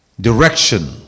Direction